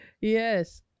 Yes